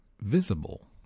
visible